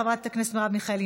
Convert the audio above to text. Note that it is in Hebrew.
חברת הכנסת מרב מיכאלי,